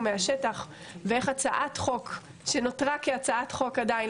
מהשטח ואיך הצעת חוק שנותרה כהצעת חוק עדיין,